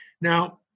Now